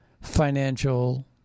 financial